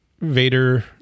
Vader